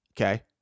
Okay